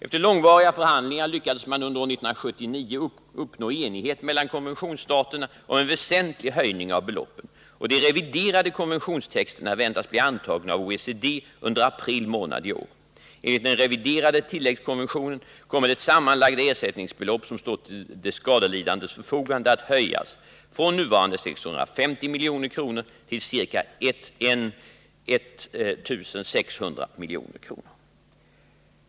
Efter långvariga förhandlingar lyckades man under år 1979 uppnå enighet mellan konventionsstaterna om en väsentlig höjning av beloppen, och de reviderade konventionstexterna väntas bli antagna av OECD under april månad i år. Enligt den reviderade tilläggskonventionen kommer det sammanlagda ersättningsbelopp som står till de skadelidandes förfogande att höjas från nuvarande 650 milj.kr. till ca 1600 milj.kr.